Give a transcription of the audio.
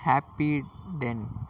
happy den